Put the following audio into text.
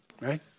right